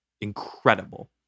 Incredible